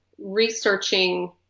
researching